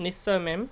নিশ্চয় মেম